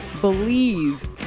believe